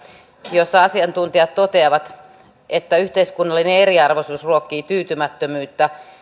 jossa asiantuntijat toteavat että yhteiskunnallinen eriarvoisuus ruokkii tyytymättömyyttä